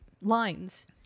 lines